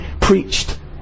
preached